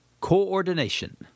Coordination